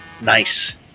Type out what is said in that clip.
Nice